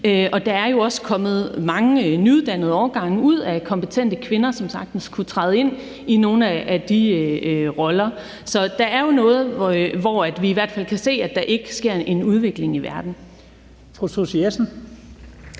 og der er jo også kommet mange nyuddannede årgange af kompetente kvinder, som sagtens kunne træde ind i nogle af de roller. Så her er jo i hvert fald noget, hvor vi kan se, at der ikke sker en udvikling i verden.